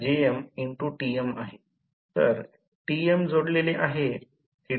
तर म्हणून 3 phase induction motor ला प्रारंभ करू